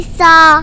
saw